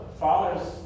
Father's